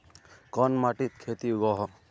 कोन माटित खेती उगोहो?